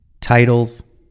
titles